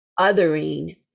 othering